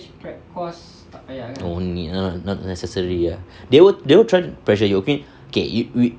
don't need [one] not necessary ah they won't they won't try to pressure you okay okay if